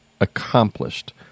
accomplished